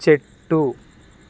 చెట్టు